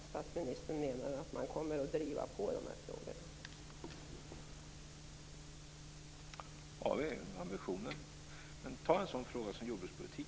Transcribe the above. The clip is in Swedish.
Att nu precisera positioner vore dålig förhandlingsteknik.